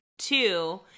Two